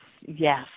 yes